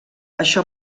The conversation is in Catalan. això